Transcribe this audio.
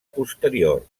posterior